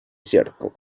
зеркало